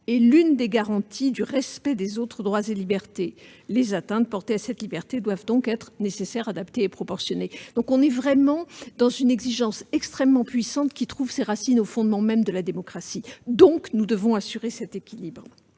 et l'une des garanties du respect des autres droits et libertés. Les atteintes portées à cette liberté doivent donc être nécessaires, adaptées et proportionnées ». Il s'agit d'une exigence extrêmement puissante qui trouve ses racines au fondement même de la démocratie. Nous devons donc assurer cet équilibre.